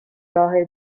راه